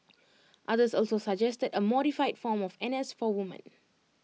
others also suggested A modified form of N S for woman